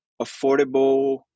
affordable